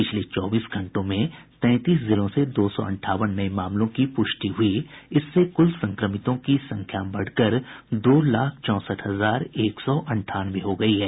पिछले चौबीस घंटों में तैंतीस जिलों से दो सौ अंठावन नये मामलों की पुष्टि हुई इससे कुल संक्रमितों की संख्या बढ़कर दो लाख चौसठ हजार एक सौ अंठानवे हो गयी है